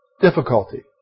difficulty